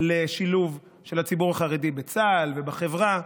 לשילוב של הציבור החרדי בצה"ל ובחברה,